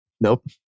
Nope